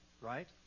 right